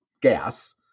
gas